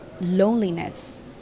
loneliness